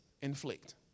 inflict